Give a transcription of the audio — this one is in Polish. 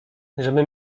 żebym